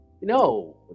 No